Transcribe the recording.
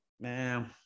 Man